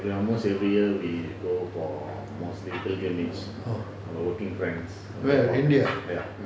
where india ah